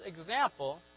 example